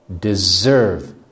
deserve